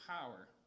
power